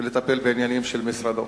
ויטפל בעניינים של משרדו.